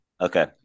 Okay